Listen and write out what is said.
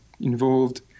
involved